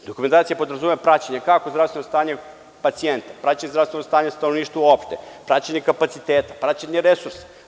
Dokumentacija podrazumeva praćenje kako zdravstvenog stanja pacijenta, praćenje zdravstvenog stanja stanovništva uopšte, praćenje kapaciteta, praćenje resursa.